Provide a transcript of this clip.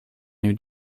new